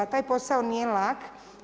Taj posao nije lak.